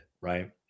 Right